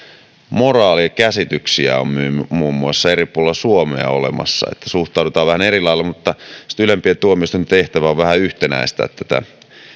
moraalikäsityksiä on muun muassa eri puolilla suomea olemassa että suhtaudutaan vähän eri lailla mutta ylempien tuomioistuinten tehtävä on vähän yhtenäistää tätä